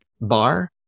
bar